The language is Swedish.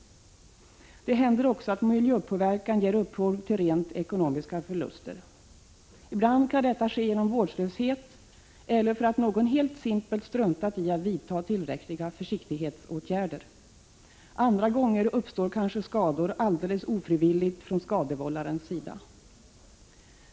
Det händer också att miljöpåverkan ger upphov till rent ekonomiska förluster. Ibland kan detta ske genom vårdslöshet eller för att någon helt simpelt struntat i att vidta tillräckliga försiktighetsåtgärder. Andra gånger uppstår kanske skador alldeles ofrivilligt från skadevållarens sida.